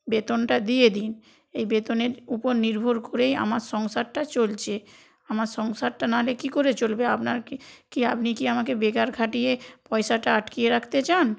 বেতনটা দিয়ে দিন এই বেতনের উপর নির্ভর করেই আমার সংসারটা চলছে আমার সংসারটা নাওলে কী করে চলবে আপনার কি কি আপনি কি আমাকে বেকার খাটিয়ে পয়সাটা আটকিয়ে রাখতে চান